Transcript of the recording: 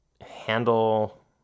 handle